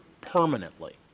permanently